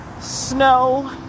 snow